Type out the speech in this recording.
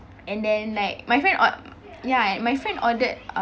and then like my friend ord~ ya and my friend ordered